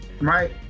right